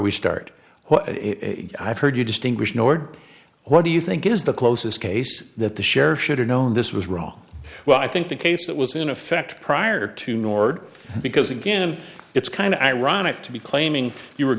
we start i've heard you distinguish nord what do you think is the closest case that the sheriff should have known this was wrong well i think the case that was in effect prior to nord because again it's kind of ironic to be claiming you were